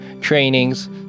trainings